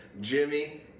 Jimmy